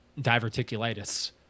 diverticulitis